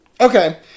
Okay